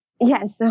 Yes